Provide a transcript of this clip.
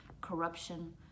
corruption